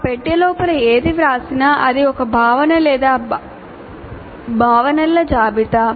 ఆ పెట్టె లోపల ఏది వ్రాసినా అది ఒక భావన లేదా భావనల జాబితా